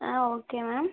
ah okay ma'am